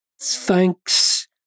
thanks